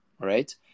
right